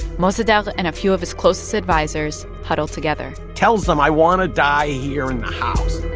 mossadegh ah and a few of his closest advisers huddled together tells them, i want to die here in the house